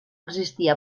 existia